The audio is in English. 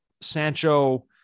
Sancho